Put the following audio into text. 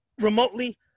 Remotely